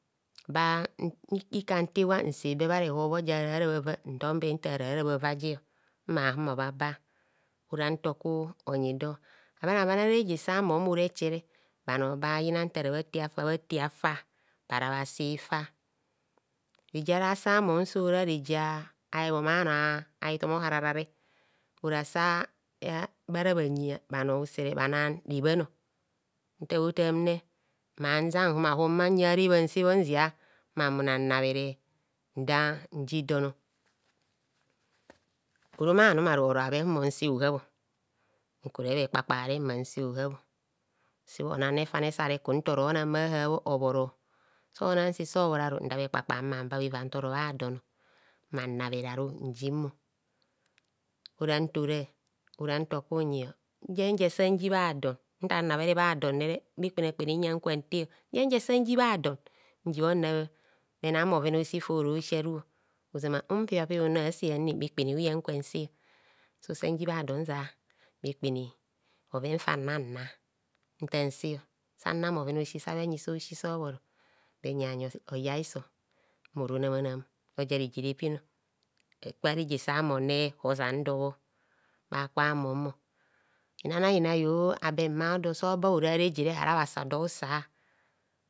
Ba ntika ntor iwa sebe bharehorbho ja rarbhava ntombe nfara ra bha va ji mma bha humo bhaba ora nto ku onyi dor. Abhan abhan ara reje sa mom ora echere bhano babha yina nfara bhate hafa bhate hafa ara bha si hifa, reje ara sa mom gwora reje a' hebhome anor a' hitom ohararare ora sa a' a bhahara bhanyi bhano usere, bhana rebhan nta bhotare ma njan hum a' hum bha uya a' rebhane sebhore nzia mmamunanabhere nda nyidon lrom anum ara oro habhe humo nse hohabho nkure bhekpakpa re mmanse ohabho esebho ona refene sareku ntoro nan bhahabho obhoro so nang se so bhlro nda bhekpa kpa mman ba bheva ntoro ora ntoku onyi njenje sanji bha don ntan nabhere bhadon bhekpena kpene uyang kwan te njenje san ji bha don njibho nabhenam bhoven a'osi foro si aru ozama unpibhapib oro ase anne bhekpene uyan kwante so sanji bbadon nzia bhekpene bhoven fan nana ntanse sannan bhoven a'osi sanbheyi so si so bhoro bheyi bhanyi oyahiso namanam oja reje repin gwa reje sammom hozandobho bhakwamom inanainaio abe mmaode so ba orai arejere ahara bha sa do husaa.